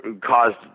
caused